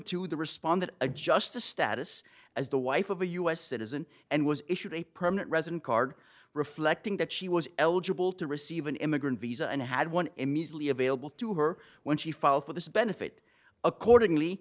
to the respondent a just a status as the wife of a u s citizen and was issued a permanent resident card reflecting that she was eligible to receive an immigrant visa and had one immediately available to her when she fall for this benefit accordingly